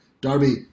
Darby